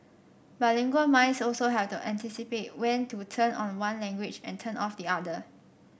bilingual minds also have to anticipate when to turn on one language and turn off the other